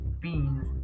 Beans